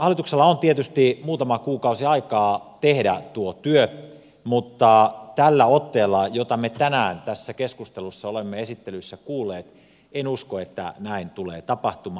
hallituksella on tietysti muutama kuukausi aikaa tehdä tuo työ mutta tällä otteella jota me tänään tässä keskustelussa olemme esittelyssä kuulleet en usko että näin tulee tapahtumaan